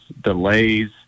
delays